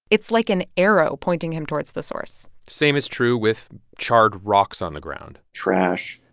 it's like an arrow pointing him towards the source same is true with charred rocks on the ground trash,